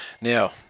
Now